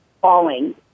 falling